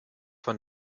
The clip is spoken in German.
von